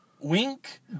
Wink